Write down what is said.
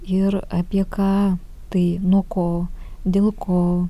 ir apie ką tai nuo ko dėl ko